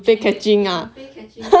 and get ya play catching then